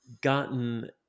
gotten